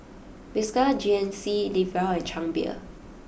Vespa G N C Live Well and Chang Beer